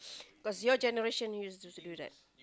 cause your generation used to to do that